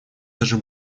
даже